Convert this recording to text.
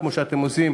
כמו שאתם עושים.